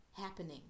happening